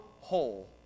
whole